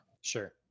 sure